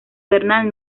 bernal